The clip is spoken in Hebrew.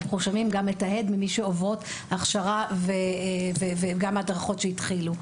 אנחנו שומעים גם את ההד ממי שעוברות הכשרה וגם הדרכות שהתחילו.